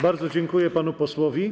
Bardzo dziękuję panu posłowi.